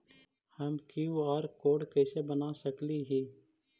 हम QR code कैसे बना सकली ही?